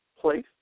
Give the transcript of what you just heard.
place